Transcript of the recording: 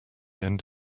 end